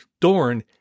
Dorn